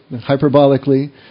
hyperbolically